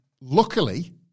luckily